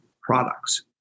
products